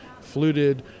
fluted